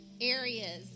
areas